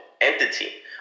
entity